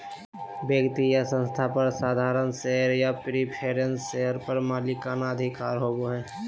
व्यक्ति या संस्था पर साधारण शेयर या प्रिफरेंस शेयर पर मालिकाना अधिकार होबो हइ